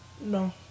No